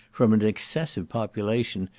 from an excessive population,